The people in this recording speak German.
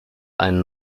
einen